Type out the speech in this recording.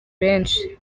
benshi